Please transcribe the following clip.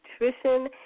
nutrition